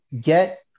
get